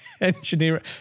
engineer